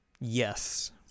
Yes